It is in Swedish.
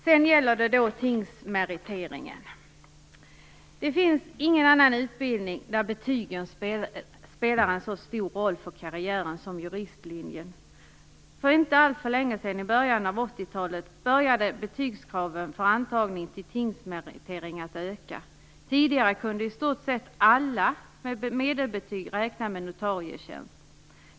Vad gäller tingsmeriteringen vill jag säga att det inte finns någon annan utbildning där betygen spelar en så stor roll för karriären som på juristlinjen. För inte alltför länge sedan, i inledningen av 80-talet, började betygskraven för antagning till tingsmeritering att öka. Tidigare kunde i stort sett alla med medelbetyg räkna med notarietjänst.